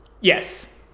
Yes